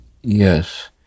Yes